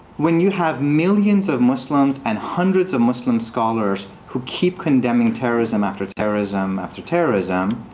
when you have millions of muslims, and hundreds of muslim scholars who keep condemning terrorism, after terrorism, after terrorism,